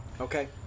Okay